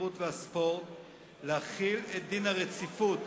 התרבות והספורט להחיל את דין הרציפות